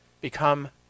become